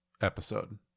episode